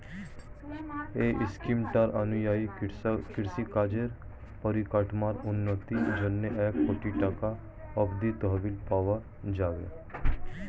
এই স্কিমটার অনুযায়ী কৃষিকাজের পরিকাঠামোর উন্নতির জন্যে এক কোটি টাকা অব্দি তহবিল পাওয়া যাবে